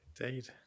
indeed